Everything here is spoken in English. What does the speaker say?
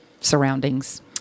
surroundings